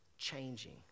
changing